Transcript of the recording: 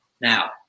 Now